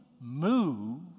move